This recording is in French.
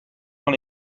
dans